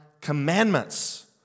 commandments